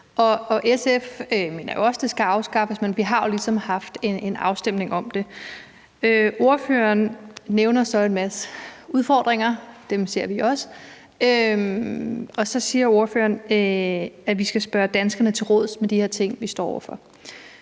SF mener også, at det skal afskaffes. Men vi har jo ligesom haft en afstemning om det. Ordføreren nævner så en masse udfordringer, dem ser vi også, og så siger ordføreren, at vi skal spørge danskerne til råds om de her ting, vi står over for.